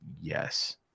Yes